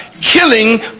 killing